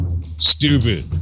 Stupid